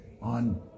on